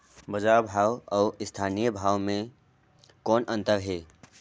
बजार भाव अउ स्थानीय भाव म कौन अन्तर हे?